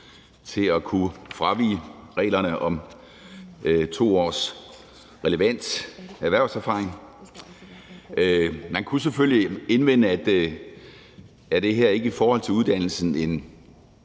til at kunne fravige reglerne om 2 års relevant erhvervserfaring. Vi kunne selvfølgelig indvende, at det her er en forringelse